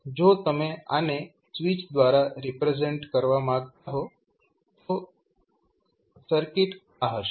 હવે જો તમે આને સ્વિચ દ્વારા રિપ્રેઝેન્ટ કરવા માંગતા હો તો સર્કિટ આ હશે